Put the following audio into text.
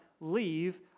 leave